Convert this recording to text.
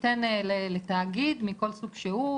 ניתן לתאגיד מכל סוג שהוא,